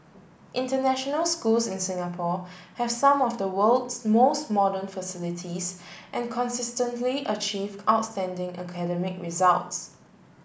international schools in Singapore have some of the world's most modern facilities and consistently achieve outstanding academic results